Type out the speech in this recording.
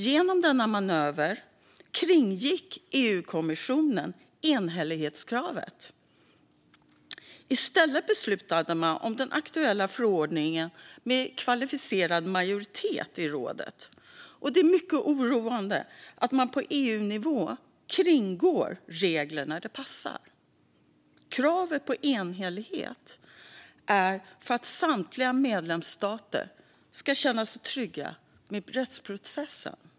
Genom denna manöver kringgick EU-kommissionen enhällighetskravet. I stället beslutade man om den aktuella förordningen med kvalificerad majoritet i rådet. Det är mycket oroande att man på EU-nivå kringgår regler när det passar. Kravet på enhällighet är till för att samtliga medlemsstater ska känna sig trygga med rättsprocessen.